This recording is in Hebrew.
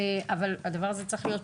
אבל הדבר הזה צריך לבוא,